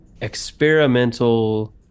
experimental